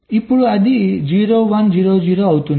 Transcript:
ఇప్పుడు అది 0 1 0 0 అవుతుంది